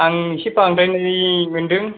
आं एसे बांद्रायनाय मोनदों